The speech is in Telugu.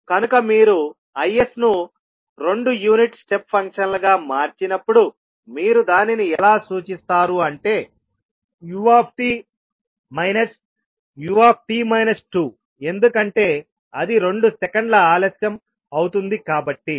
కనుక మీరు Is ను రెండు యూనిట్ స్టెప్ ఫంక్షన్లుగా మార్చినప్పుడు మీరు దానిని ఎలా సూచిస్తారు అంటే ut uఎందుకంటే అది రెండు సెకండ్ల ఆలస్యం అవుతుంది కాబట్టి